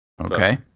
Okay